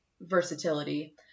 versatility